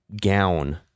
gown